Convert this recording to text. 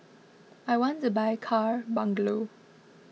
I want to buy car bungalow